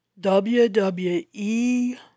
WWE